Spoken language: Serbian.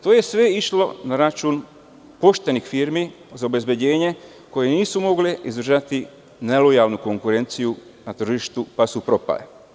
To je sve išlo na račun poštenih firmi za obezbeđenje koje nisu mogle izdržavi nelojalnu konkurenciju na tržištu pa su propale.